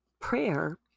prayer